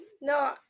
No